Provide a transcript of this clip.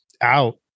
out